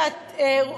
שאת,